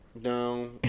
No